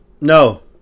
No